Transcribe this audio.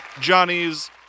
Johnny's